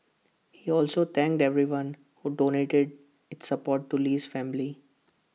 he also thanked everyone who donated to support to Lee's family